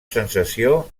sensació